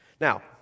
Now